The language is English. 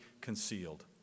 concealed